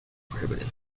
prohibited